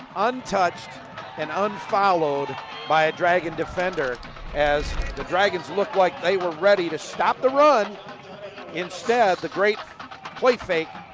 untouched and unfollowed by a dragon defender as the dragons look like they were ready to stop the run instead the great play fake